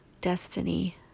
destiny